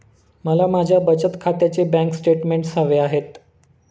मला माझ्या बचत खात्याचे बँक स्टेटमेंट्स हवे आहेत